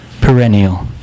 perennial